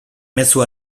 mezu